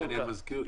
אני מזכיר.